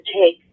take